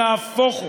נהפוך הוא.